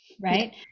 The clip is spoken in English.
Right